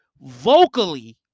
vocally